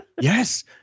Yes